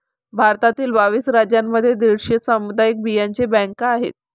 भारतातील बावीस राज्यांमध्ये दीडशे सामुदायिक बियांचे बँका आहेत